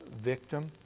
victim